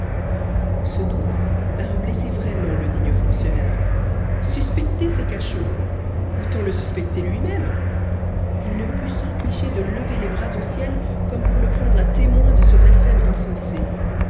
ce doute parut blesser vraiment le digne fonctionnaire suspecter ses cachots autant le suspecter lui-même il ne put s'empêcher de lever les bras au ciel comme pour le prendre à témoin de ce blasphème insensé